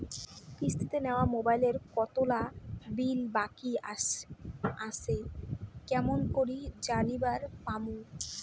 কিস্তিতে নেওয়া মোবাইলের কতোলা বিল বাকি আসে কেমন করি জানিবার পামু?